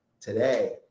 today